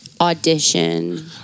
audition